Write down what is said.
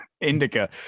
indica